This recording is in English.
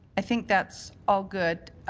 i think that's all good.